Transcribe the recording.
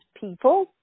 people